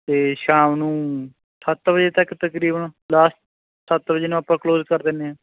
ਅਤੇ ਸ਼ਾਮ ਨੂੰ ਸੱਤ ਵਜੇ ਤੱਕ ਤਕਰੀਬਨ ਲਾਸਟ ਸੱਤ ਵਜੇ ਨੂੰ ਆਪਾਂ ਕਲੋਜ ਕਰ ਦਿੰਦੇ ਹਾਂ